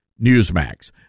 Newsmax